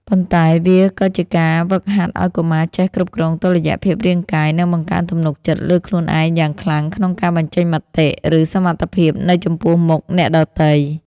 ប៉ុន្តែវាក៏ជាការហ្វឹកហាត់ឱ្យកុមារចេះគ្រប់គ្រងតុល្យភាពរាងកាយ និងបង្កើនទំនុកចិត្តលើខ្លួនឯងយ៉ាងខ្លាំងក្នុងការបញ្ចេញមតិ ឬសមត្ថភាពនៅចំពោះមុខអ្នកដទៃ។